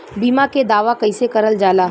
बीमा के दावा कैसे करल जाला?